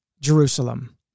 Jerusalem